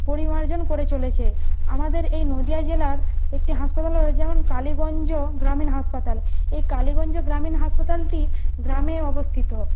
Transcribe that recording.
পরিমার্জন করে চলেছে আমাদের এই নদীয়া জেলার একটি হাসপাতাল হলো যেমন কালীগঞ্জ গ্রামীণ হাসপাতাল এই কালীগঞ্জ গ্রামীণ হাসপাতালটি গ্রামে অবস্থিত